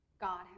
god